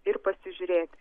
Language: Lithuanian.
ir pasižiūrėti